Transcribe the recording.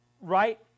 right